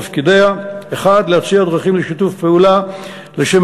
תפקידיה: 1. להציע דרכים לשיתוף פעולה לשם